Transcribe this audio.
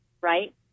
right